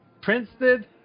Princeton